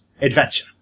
adventure